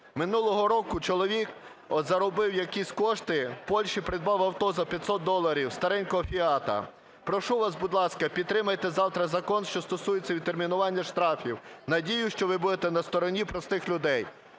Минулого року чоловік заробив якісь кошти, у Польщі придбав авто за 500 доларів, старенького "фіата". Прошу вас, будь ласка, підтримайте завтра закон, що стосується відтермінування штрафів. Надіюсь, що ви будете на стороні простих людей".